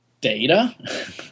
data